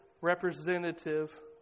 representative